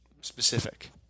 Specific